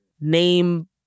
name